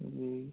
जी